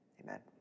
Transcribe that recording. Amen